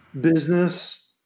business